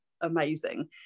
amazing